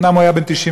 אומנם הוא היה בן 93,